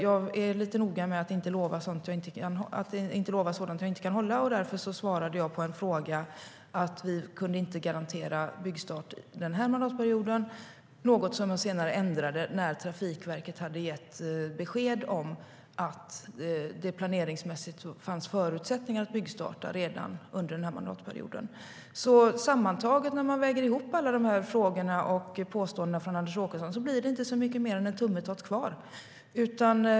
Jag är noga med att inte lova sådant jag inte kan hålla, och därför svarade jag att vi inte kunde garantera byggstart denna mandatperiod - något jag senare ändrade när Trafikverket hade gett besked om att det planeringsmässigt fanns förutsättningar att byggstarta redan under denna mandatperiod. När vi väger ihop alla frågor och påståenden från Anders Åkesson blir det inte mycket mer än en tummetott kvar.